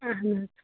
اَہَن حظ